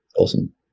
Awesome